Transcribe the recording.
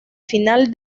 final